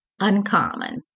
Uncommon